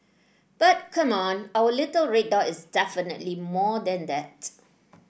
but come on our little red dot is definitely more than that